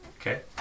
Okay